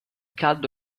caldo